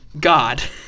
God